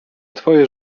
twoje